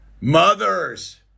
Mothers